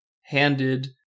handed